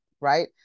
Right